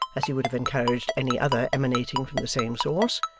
as he would have encouraged any other emanating from the same source,